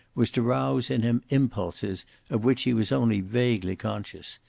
was to rouse in him impulses of which he was only vaguely conscious,